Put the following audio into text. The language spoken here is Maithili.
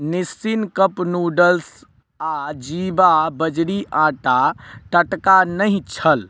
निस्सिन कप नूडल्स आओर जीवा बजरी आटा टटका नहि छल